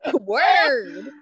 Word